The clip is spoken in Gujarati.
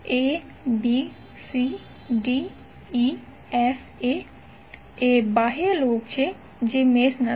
abcdefa એ બાહ્ય લૂપ જે મેશ નથી